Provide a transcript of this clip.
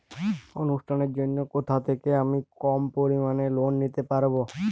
অনুষ্ঠানের জন্য কোথা থেকে আমি কম পরিমাণের লোন নিতে পারব?